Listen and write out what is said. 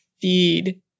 feed